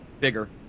bigger